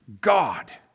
God